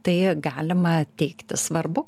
tai galima teikti svarbu